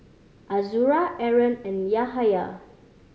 Azura Aaron and Yahaya